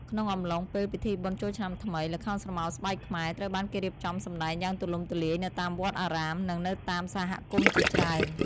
ក្នុងអំឡុងពេលពិធីបុណ្យចូលឆ្នាំថ្មី ល្ខោនស្រមោលស្បែកខ្មែរ ត្រូវបានគេរៀបចំសម្តែងយ៉ាងទូលំទូលាយនៅតាមវត្តអារាម និងនៅតាមសហគមន៍ជាច្រើន។